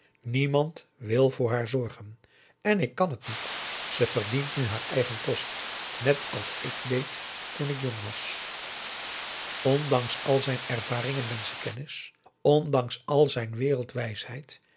niemand wil voor haar zorgen en ik kan het niet ze verdient nu haar eigen kost net als ik deed toen ik jong was ondanks al zijn ervaring en menschenkennis ondanks al zijn